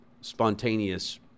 spontaneous